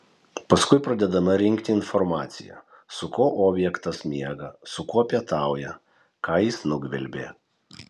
paskui pradedama rinkti informacija su kuo objektas miega su kuo pietauja ką jis nugvelbė